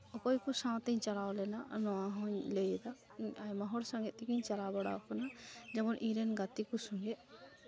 ᱚᱠᱚᱭ ᱠᱚ ᱥᱟᱶᱛᱮᱧ ᱪᱟᱞᱟᱣ ᱞᱮᱱᱟ ᱱᱚᱣᱟ ᱦᱚᱸᱧ ᱞᱟᱹᱭᱮᱫᱟ ᱟᱭᱢᱟ ᱦᱚᱲ ᱥᱚᱸᱜᱮ ᱛᱮᱜᱮᱧ ᱪᱟᱞᱟᱣ ᱵᱟᱲᱟ ᱟᱠᱟᱱᱟ ᱡᱮᱢᱚᱱ ᱤᱧᱨᱮᱱ ᱜᱟᱛᱮ ᱠᱚ ᱥᱚᱸᱜᱮ